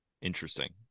Interesting